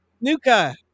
Nuka